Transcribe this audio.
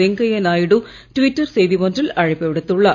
Venkaiah Naidu Twitter செய்தி ஒன்றில் அழைப்பு விடுத்துள்ளார்